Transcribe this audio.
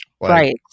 Right